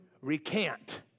recant